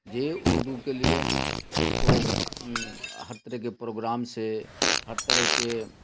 جی اردو کے لیے اس کو ہر طرح کے پروگرام سے ہر طرح کے